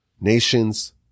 nations